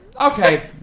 Okay